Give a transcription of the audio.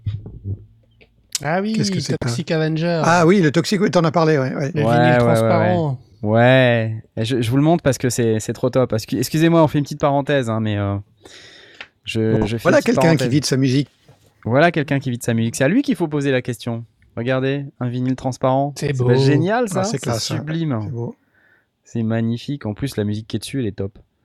Ah Qu'est-ce que oui, le c'est que ça ? Toxic Avenger. Ah oui, le Toxic- oui, t'en as parlé, ouais, ouais. Le vinyle Ouais, ouais, ouais, ouais. transparent. Ouais. Et je- je vous le montre parce que c'est- c'est trop top. Parce que- excusez-moi, on fait une petite parenthèse, hein, mais, euh, je- Bon, je fais voilà une petite quelqu'un qui parenthèse. vit de sa musique. Voilà quelqu'un qui vit de sa musique. C'est à lui qu'il faut poser la question. Regardez, un vinyle transparent. C'est C'est pas beau. génial, Ah, ça ? c'est C'est classe, hein. sublime. C'est beau. C'est magnifique. En plus, la musique qui est dessus, elle est top.